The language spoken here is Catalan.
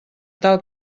tal